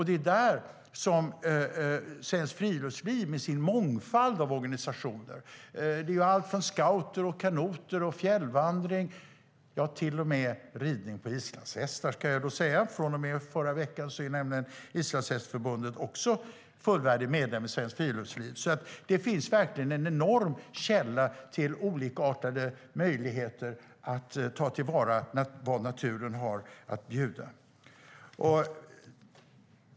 Det är där som Svenskt Friluftsliv med sin mångfald av organisationer alltifrån scouter till kanotpaddling, fjällvandring, ja, till och med ridning på islandshästar - sedan förra veckan är nämligen också Islandshästförbundet fullvärdig medlem i Svenskt Friluftsliv. Det finns en enorm källa till olika möjligheter att ta till vara det som naturen har att bjuda.